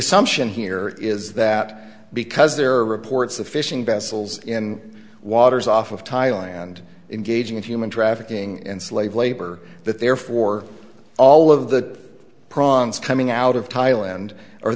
assumption here is that because there are reports of fishing vessels in waters off of thailand engaging in human trafficking and slave labor that therefore all of the prawns coming out of thailand